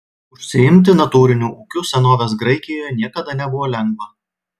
užsiimti natūriniu ūkiu senovės graikijoje niekada nebuvo lengva